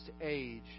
age